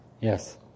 Yes